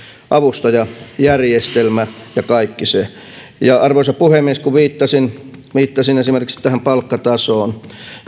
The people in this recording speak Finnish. avustajajärjestelmä ja kaikki se arvoisa puhemies kun viittasin esimerkiksi tähän palkkatasoon